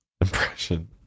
impression